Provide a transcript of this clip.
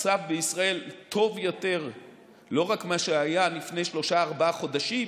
המצב בישראל טוב יותר לא רק ממה שהיה לפני שלושה-ארבעה חודשים